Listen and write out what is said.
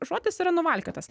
žodis yra nuvalkiotas